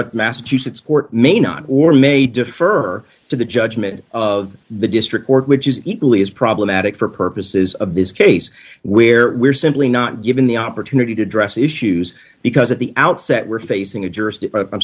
a massachusetts court may not or may defer to the judgment of the district court which is equally as problematic for purposes of this case where we're simply not given the opportunity to address issues because at the outset we're facing a